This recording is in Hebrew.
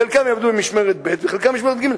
חלקם יעבדו במשמרת ב' וחלקם במשמרת ג',